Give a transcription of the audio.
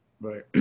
right